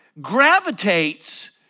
gravitates